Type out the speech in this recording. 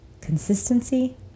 consistency